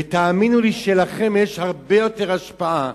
ותאמינו לי שלכם יש הרבה יותר השפעה,